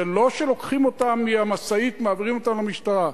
זה לא שלוקחים אותם מהמשאית, מעבירים אותם למשטרה.